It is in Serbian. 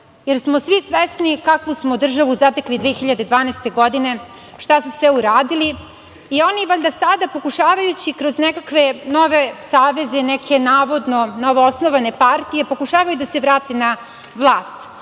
jer smo svi svesni kakvu smo državu zatekli 2012. godine, šta su sve uradili i onda valjda sada, pokušavajući kroz nekakve nove saveze, neke navodno novoosnovane partije, pokušavaju da se vrate na vlast,